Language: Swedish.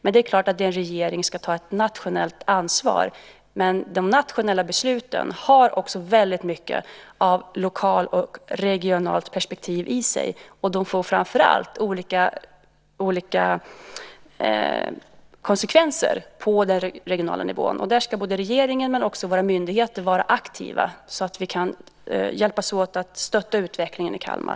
Det är klart att en regering ska ta ett nationellt ansvar, men de nationella besluten har också väldigt mycket av ett lokalt och ett regionalt perspektiv i sig. Framför allt får de olika konsekvenser på den regionala nivån. Där ska både regeringen och våra myndigheter vara aktiva så att vi kan hjälpas åt med att stötta utvecklingen i Kalmar.